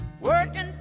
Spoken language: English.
Working